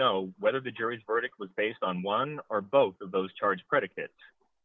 know whether the jury's verdict was based on one or both of those charged predicate